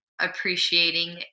appreciating